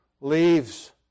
leaves